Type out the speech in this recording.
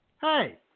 Hey